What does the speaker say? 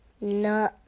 No